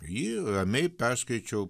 jį ramiai perskaičiau